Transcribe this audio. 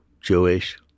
Jewish